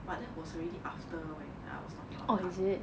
but that was already after when I was talking about car you